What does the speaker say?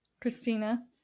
Christina